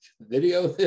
video